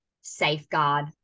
safeguard